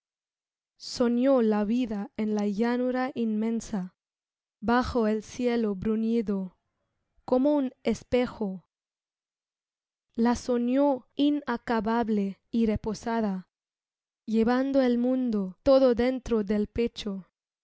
soñó la vida en la llanura inmensa bajo el cielo bruñido como un espejo la soñó inacabable y reposada llevando el mundo todo dentro del pecho